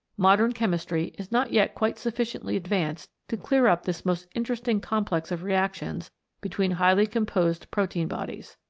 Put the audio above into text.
modern chemistry is not yet quite sufficiently advanced to clear up this most interesting complex of reactions between highly composed protein bodies.